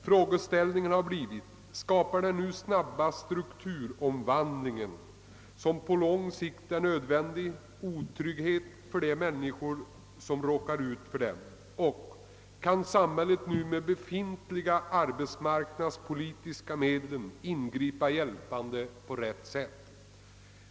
Frågeställningen har blivit: Orsakar den nu snabba strukturomvandling som på lång sikt är nödvändig otrygghet för de människor som råkar ut för den, och kan samhället med befintliga arbetsmarknadspolitiska medel ingripa hjälpande på rätt sätt?